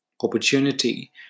opportunity